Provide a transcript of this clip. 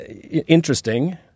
interesting